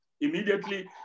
Immediately